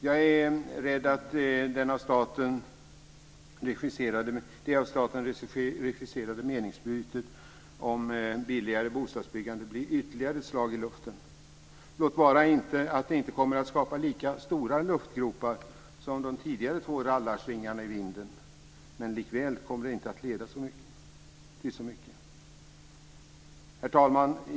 Jag är rädd att det av staten regisserade meningsutbytet om billigare bostadsbyggande blir ytterligare ett slag i luften. Låt vara att det inte kommer att skapa lika stora luftgropar som de tidigare två rallarsvingarna i vinden, men det kommer likväl inte att leda till så mycket. Herr talman!